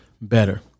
better